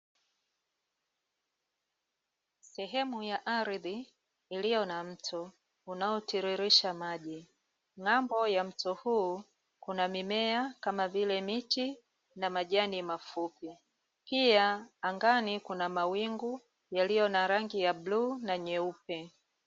Sehemu ya ardhi iliyo na mto unaotiririsha maji. Ng'ambo ya mto huu, kuna mimea kama vile miti na majani mafupi. Pia angani kuna mawingu yaliyo na rangi ya bluu na nyeupe.